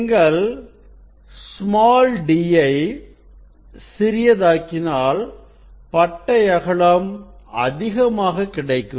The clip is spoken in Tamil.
நீங்கள் ஸ்மால் d யை சிறிய தாக்கினால் பட்டை அகலம் அதிகமாக கிடைக்கும்